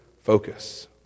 focus